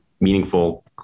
meaningful